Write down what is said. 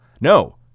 No